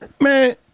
Man